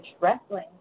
wrestling